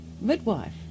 midwife